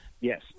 Yes